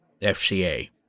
FCA